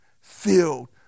filled